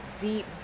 deep